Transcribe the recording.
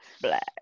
black